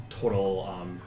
total